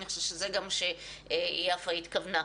אני חושבת שלזה גם יפה התכוונה.